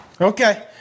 Okay